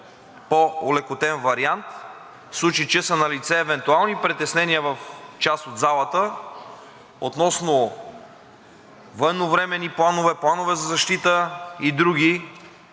по-олекотен вариант, в случай че са налице евентуални притеснения в част от залата относно военновременни планове, планове за защита и други